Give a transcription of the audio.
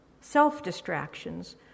self-distractions